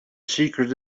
secret